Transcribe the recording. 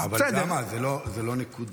אני לא מבין